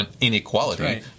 inequality